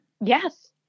Yes